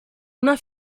una